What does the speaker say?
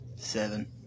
seven